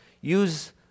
use